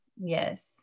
Yes